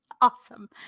Awesome